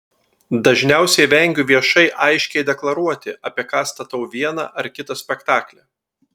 dažniausiai vengiu viešai aiškiai deklaruoti apie ką statau vieną ar kitą spektaklį